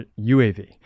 UAV